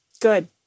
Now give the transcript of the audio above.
Good